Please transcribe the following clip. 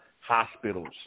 hospitals